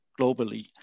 globally